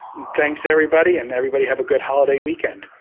thanks, everybody and, everybody, have a good holiday weekend.